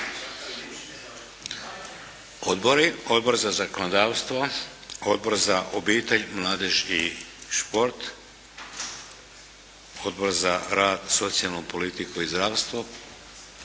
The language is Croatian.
Odbor za zakonodavstvo? Odbor za obitelj, mladež i šport? Odbor za rad, socijalnu politiku i zdravstvo?